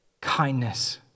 kindness